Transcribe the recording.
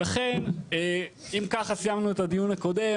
ולכן אם ככה סיימנו את הדיון הקודם,